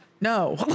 No